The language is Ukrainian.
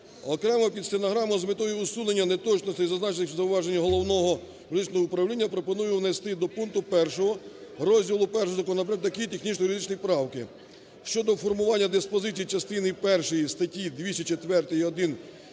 Окремо під стенограму з метою усунення неточностей, зазначених в зауваженнях Головного юридичного управління, пропоную внести до пункту 1 Розділу І законопроекту такі технічно-юридичні правки. Щодо формування диспозицій частини 1 статті 204.1